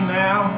now